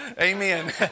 Amen